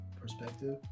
perspective